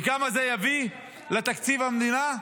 כמה זה יביא לתקציב המדינה?